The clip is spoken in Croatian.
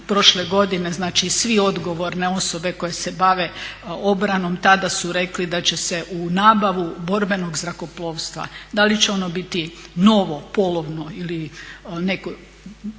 prošle godine, znači sve odgovorne osobe koje se bave obranom tada su rekli da će se u nabavu borbenog zrakoplovstva, da li će ono biti novo, polovno ili neko,